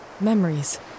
memories